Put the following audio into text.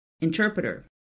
interpreter